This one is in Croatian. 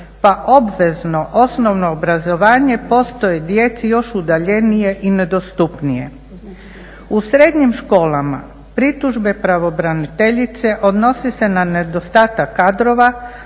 pa obvezno osnovno obrazovanje postaje djeci još udaljenije i nedostupnije. U srednjim školama pritužbe pravobraniteljice odnose se na nedostatak kadrova